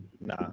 Nah